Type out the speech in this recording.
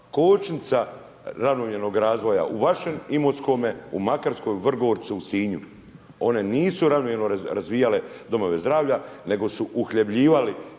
kočnica ravnomjernog razvoja u vašem Imotskome, u Makarskoj, Vrgorcu, u Sinju one nisu ravnomjerno razvijale domove zdravlja, nego su uhljebljivali